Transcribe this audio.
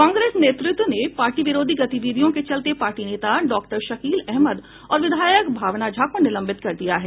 कांग्रेस नेतृत्व ने पार्टी विरोधी गतिविधियों के चलते पार्टी नेता डाक्टर शकील अहमद और विधायक भावना झा को निलंबित कर दिया है